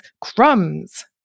crumbs